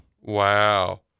Wow